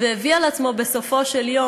והביא על עצמו בסופו של דבר